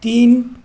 तिन